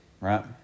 right